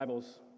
Bibles